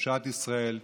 בקדושת ישראל,